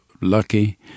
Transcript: lucky